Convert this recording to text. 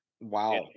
Wow